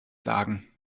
sagen